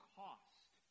cost